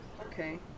Okay